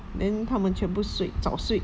then 他们全部睡早睡